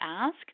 ask